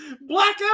black